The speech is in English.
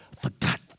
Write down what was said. forgot